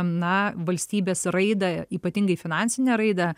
na valstybės raidą ypatingai finansinę raidą